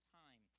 time